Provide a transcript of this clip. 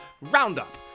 roundup